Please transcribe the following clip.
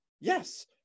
Yes